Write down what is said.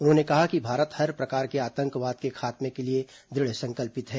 उन्होंने कहा कि भारत हर प्रकार के आतंकवाद के खात्मे के लिए दृढ़ संकल्पित है